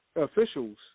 officials